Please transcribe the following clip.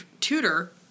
tutor